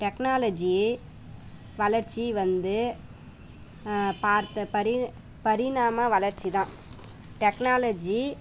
technology வளர்ச்சி வந்து பார்த்த பரி பரிணாமல் வளர்ச்சி தான் டெக்னாலஜி